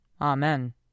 Amen